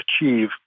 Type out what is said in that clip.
achieve